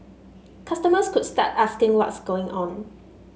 customers could start asking what's going on